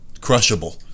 Crushable